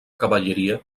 cavalleria